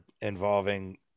involving